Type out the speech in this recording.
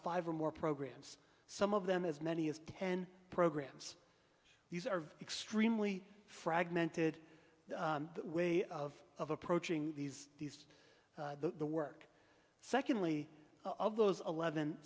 five or more programs some of them as many as ten programs these are extremely fragmented way of of approaching these these the work secondly of those eleven